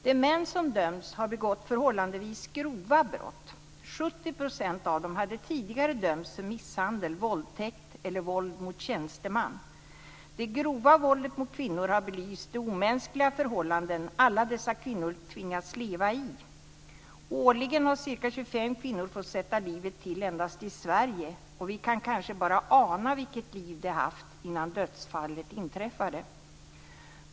De män som dömts har begått förhållandevis grova brott. 70 % av dessa män hade tidigare dömts för misshandel, våldtäkt eller våld mot tjänsteman. Det grova våldet mot kvinnor har belyst de omänskliga förhållanden som alla dessa kvinnor tvingas leva under. Årligen har ca 25 kvinnor fått sätta livet till, och då endast i Sverige. Vi kan nog bara ana vilket liv de haft innan dödsfallet inträffade.